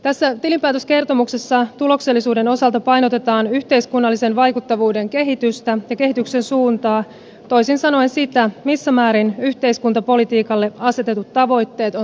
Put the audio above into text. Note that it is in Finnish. tässä tilinpäätöskertomuksessa tuloksellisuuden osalta painotetaan yhteiskunnallisen vaikuttavuuden kehitystä ja kehityksen suuntaa toisin sanoen sitä missä määrin yhteiskuntapolitiikalle asetetut tavoitteet on saavutettu